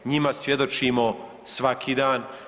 Njima svjedočimo svaki dan.